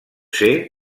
ser